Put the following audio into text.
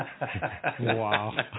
Wow